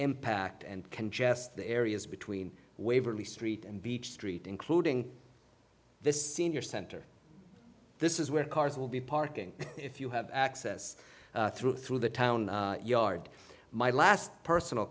impact and congested areas between waverly street and beach street including this senior center this is where cars will be parking if you have access through through the town yard my last personal